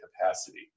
capacity